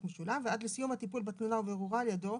משולב) ועד לסיום הטיפול בתלונה ובירורה על ידו,